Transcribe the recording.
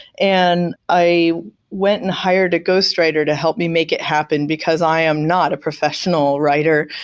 and i went and hired a ghost writer to help me make it happen, because i am not a professional writer.